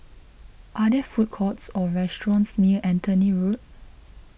are there food courts or restaurants near Anthony Road